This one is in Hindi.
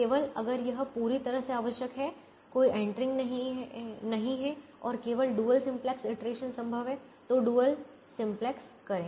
केवल अगर यह पूरी तरह से आवश्यक है कोई एंट्रीग नहीं है और केवल डुअल सिंप्लेक्स इटरेशन संभव है तो डुअल सिम्प्लेक्स करें